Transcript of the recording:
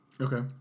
Okay